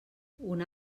una